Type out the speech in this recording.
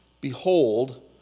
behold